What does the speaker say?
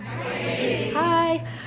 Hi